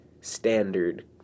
standard